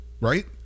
Right